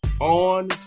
on